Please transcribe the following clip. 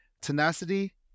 tenacity